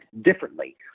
differently